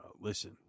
Listen